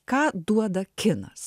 ką duoda kinas